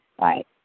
right